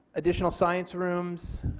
additional science rooms,